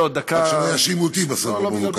לא, דקה, רק שלא יאשימו אותי בסוף בפרובוקציה.